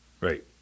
Right